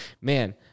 man